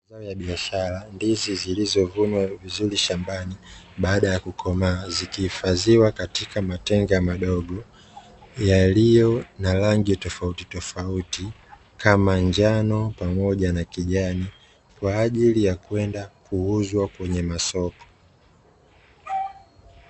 Mazao ya biashara, ndizi zilizovunwa vizuri shambani baada ya kukomaa zikihifadhiwa katika matenga madogo, yaliyo na rangi tofauti tofauti kama njano pamoja na kijani kwa ajili ya kwenda kuuzwa kwenye masoko.